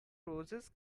roses